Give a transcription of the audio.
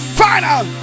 final